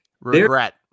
Regret